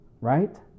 right